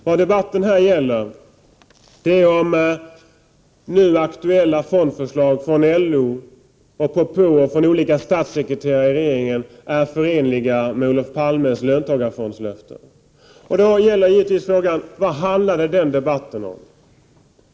Vad debatten här gäller är om nu aktuella fondförslag från LO och propåer från olika statssekreterare i regeringen är förenliga med Olof Palmes löntagarfondslöften. Då är givetvis frågan: Vad handlade den debatt, där löftet gavs, om?